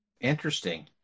Interesting